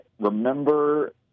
remember